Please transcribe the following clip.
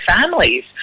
families